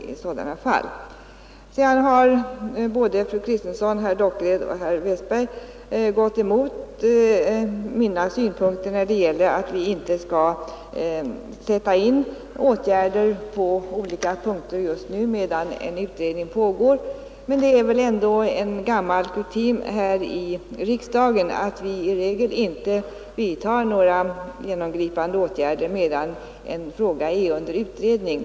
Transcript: Vidare har fru Kristensson, herr Dockered och herr Westberg i Ljusdal vänt sig emot min uppfattning att vi inte skall sätta in åtgärder på olika punkter nu medan en utredning pågår. Men det är väl ändå en gammal kutym här i riksdagen att vi i regel inte vidtar några genomgripande åtgärder medan en fråga är under utredning.